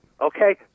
Okay